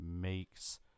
makes